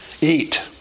eat